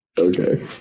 Okay